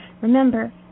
Remember